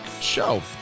show